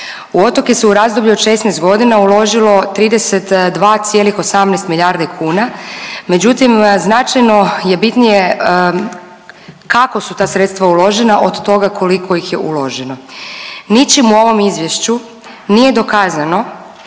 U otoke se u razdoblju od 16 godina uložilo 32,18 milijardi kuna međutim značajno je bitnije kako su ta sredstva uložena od toga koliko ih je uloženo. Ničim u ovom izvješću nije dokazano